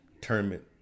tournament